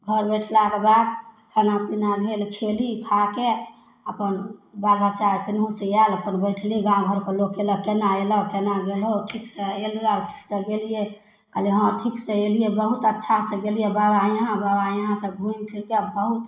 घर बैठलाके बाद खाना पीना भेल खएली खाके अपन बाल बच्चा केनहूसँ आएल अपन बैठली गामघरके लोक कहलक कोना अएलऽ कोना गेलहो ठीकसँ अएलिए ठीकसँ गेलिए कहलिए हाँ ठीकसँ अएलिए बहुत अच्छासे गेलिए बाबा हिआँ बाबा बाबा हिआँसे घुमिफिरिके बहुत